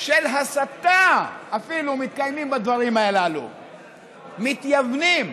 אפילו הסתה מתקיימים בדברים הללו, מתייוונים.